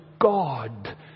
God